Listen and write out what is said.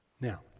Now